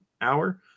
hour